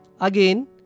again